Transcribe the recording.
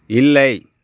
இல்லை